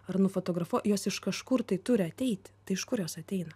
ar nufotografuoji jos iš kažkur tai turi ateiti tai iš kur jos ateina